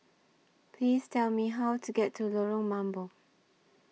Please Tell Me How to get to Lorong Mambong